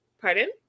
Pardon